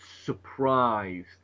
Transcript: surprised